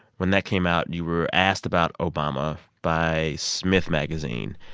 when that came out, you were asked about obama by smith magazine.